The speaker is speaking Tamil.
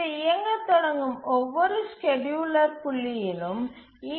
இது இயங்கத் தொடங்கும் ஒவ்வொரு ஸ்கேட்யூலர் புள்ளியிலும் ஈ